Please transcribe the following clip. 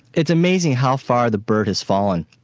it's amazing how far the bird has fallen.